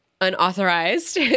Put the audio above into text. unauthorized